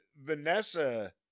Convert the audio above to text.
Vanessa